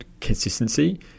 consistency